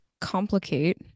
complicate